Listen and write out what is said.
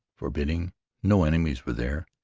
forbidding no enemies were there,